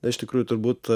na iš tikrųjų turbūt